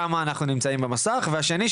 כמה אנחנו נמצאים במסך והשני,